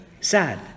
sad